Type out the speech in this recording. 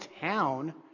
town